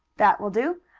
that will do.